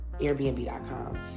airbnb.com